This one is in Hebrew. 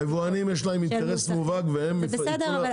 היבואנים יש להם אינטרס מובהק והם יתנו לך --- בסדר,